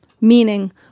Meaning